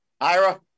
Ira